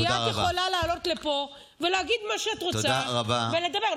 כי את יכולה לעלות לפה ולהגיד מה שאת רוצה ולדבר.